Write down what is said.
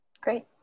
Great